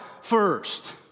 first